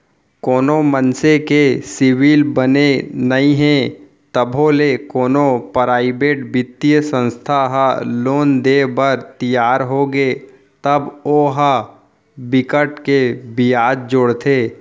कोनो मनसे के सिविल बने नइ हे तभो ले कोनो पराइवेट बित्तीय संस्था ह लोन देय बर तियार होगे तब ओ ह बिकट के बियाज जोड़थे